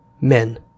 men